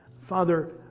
Father